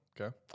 okay